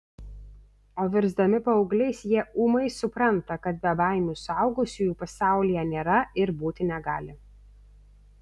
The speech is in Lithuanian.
o virsdami paaugliais jie ūmai supranta kad bebaimių suaugusiųjų pasaulyje nėra ir būti negali